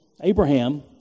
Abraham